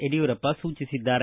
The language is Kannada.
ಯಡಿಯೂರಪ್ಪ ಸೂಚಿಸಿದ್ದಾರೆ